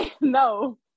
No